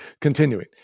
continuing